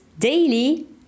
daily